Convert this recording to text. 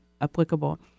applicable